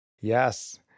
Yes